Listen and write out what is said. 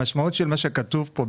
המשמעות של מה שכתוב פה,